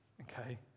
Okay